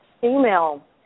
female